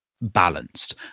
balanced